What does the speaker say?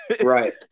Right